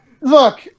Look